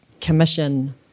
commission